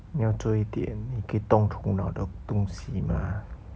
你要做一点你可以动头脑的东西吗